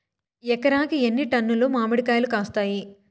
ఎకరాకి ఎన్ని టన్నులు మామిడి కాయలు కాస్తాయి?